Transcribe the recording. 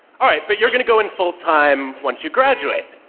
all right, but you're going to go in full time once you graduate.